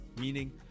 Meaning